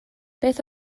beth